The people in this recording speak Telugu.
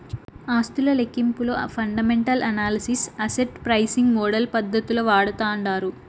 ఆస్తుల లెక్కింపులో fundamental analysis, asset pricing model పద్దతులు వాడతాండారు